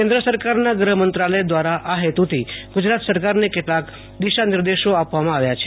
કેન્દ્ર સરકારના ગૃ ્રમંત્રાલય દ્રારા આ હેતુ થી ગુ જરાત સરકારને કેટલાક દિશા નિર્દેશો આપવામાં આવ્યા છે